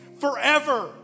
forever